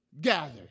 gathered